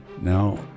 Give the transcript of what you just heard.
Now